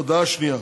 הודעה שנייה: